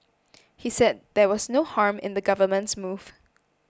he said there was no harm in the government's move